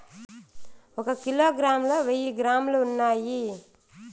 ఒక కిలోగ్రామ్ లో వెయ్యి గ్రాములు ఉన్నాయి